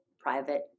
private